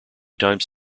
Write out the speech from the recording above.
times